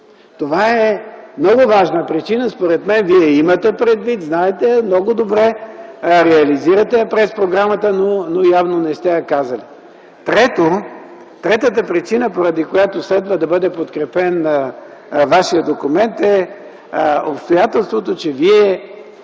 Това е много важна причина. Според мен, Вие я имате предвид, знаете я, много добре я реализирате през програмата, но не сте я казали явно. Третата причина, поради която следва да бъде подкрепен Вашият документ, е обстоятелството, че Вие